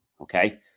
Okay